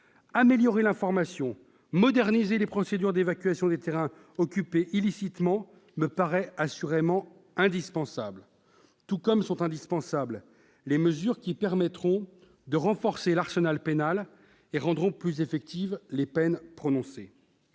améliorer l'information, moderniser les procédures d'évacuation des terrains occupés illicitement me paraît assurément indispensable, de même qu'adopter les mesures qui permettront de renforcer l'arsenal pénal et de rendre plus effectives les peines prononcées.